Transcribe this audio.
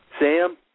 Sam